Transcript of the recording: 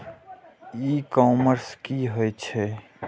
E commerce की होय छेय?